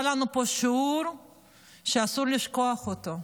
הוא עשה לנו פה שיעור שאסור לשכוח אותו.